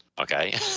Okay